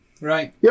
right